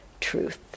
truth